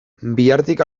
bihartik